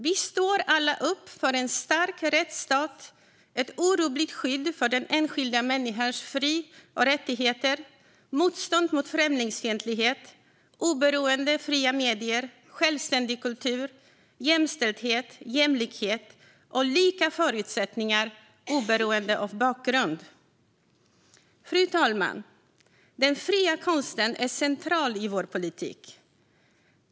Vi står alla upp för en stark rättsstat, ett orubbligt skydd för den enskilda människans fri och rättigheter, motstånd mot främlingsfientlighet, oberoende fria medier, självständig kultur, jämställdhet, jämlikhet och lika förutsättningar oberoende av bakgrund. Fru talman! Den fria konsten är central i vår politik.